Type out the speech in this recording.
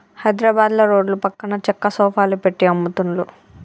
హైద్రాబాదుల రోడ్ల పక్కన చెక్క సోఫాలు పెట్టి అమ్ముతున్లు